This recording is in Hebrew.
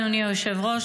אדוני היושב-ראש.